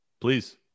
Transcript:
please